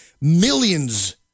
millions